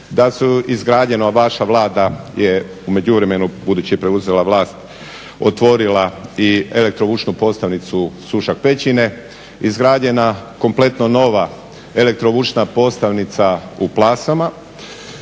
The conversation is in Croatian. Da je izgrađeno, vaša Vlada je u međuvremenu budući da je preuzela vlast otvorila i elektro vučnu postavnicu Sušak-Pećine, izgrađena kompletno nova elektro vučna postavnica u Plasama.